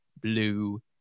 blue